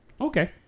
okay